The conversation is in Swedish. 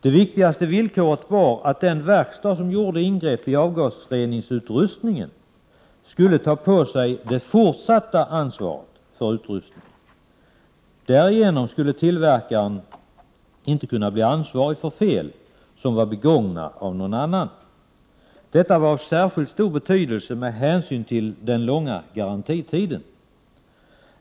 Det viktigaste villkoret var att den verkstad som gjorde ingrepp i avgasreningsutrustningen skulle ta på sig det fortsatta ansvaret för utrustningen. Därigenom skulle tillverkaren inte kunna bli ansvarig för fel begångna av någon annan. Detta var av särskilt stor betydelse med hänsyn till den långa garantitiden.